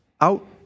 out